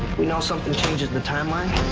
we know something changes the timeline.